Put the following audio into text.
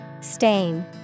Stain